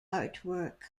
artwork